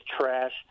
trash